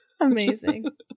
Amazing